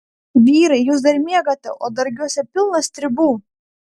vyrai jūs dar miegate o dargiuose pilna stribų